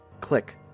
Click